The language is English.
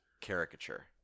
caricature